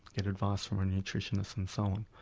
get advice from a nutritionist and so on.